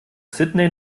sydney